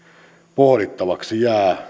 pohdittavaksi